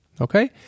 okay